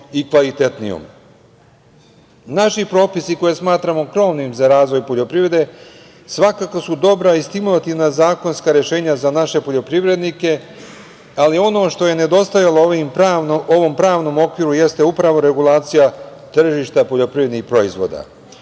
i kvalitetnijom. Naši propisi koje smatramo krovnim za razvoj poljoprivrede svakako su dobra i stimulativna zakonska rešenja za naše poljoprivrednike, ali ono što je nedostajalo ovom pravnom okviru jeste upravo regulacija tržišta poljoprivrednih proizvoda.